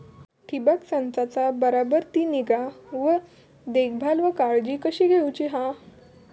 ठिबक संचाचा बराबर ती निगा व देखभाल व काळजी कशी घेऊची हा?